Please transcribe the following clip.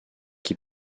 qui